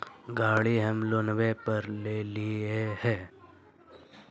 गाड़ी हम लोनवे पर लेलिऐ हे?